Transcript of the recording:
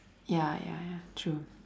ya ya ya true